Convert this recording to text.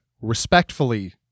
Respectfully